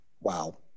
Wow